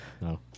No